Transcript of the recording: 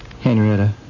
Henrietta